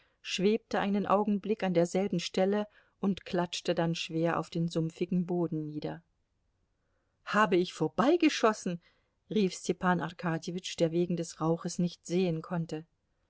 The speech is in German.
schwebte einen augenblick an derselben stelle und klatschte dann schwer auf den sumpfigen boden nieder hab ich vorbeigeschossen rief stepan arkadjewitsch der wegen des rauches nicht sehen konnte